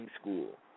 school